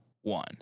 one